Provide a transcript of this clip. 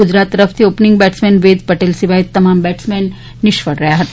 ગુજરાત તરફથી opening batsman Ved Patel સિવાય તમામ બેટ્સમેન નિષ્ફળ રહ્યા હતા